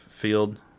field